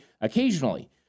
occasionally